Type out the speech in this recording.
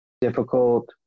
Difficult